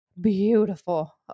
beautiful